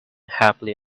happily